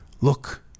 Look